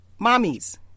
Mommies